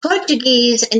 portuguese